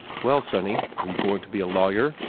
well, sonny, are you going to be a lawyer?